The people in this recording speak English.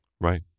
Right